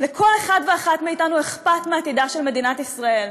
לכל אחד ואחת מאיתנו אכפת מעתידה של מדינת ישראל.